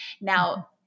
Now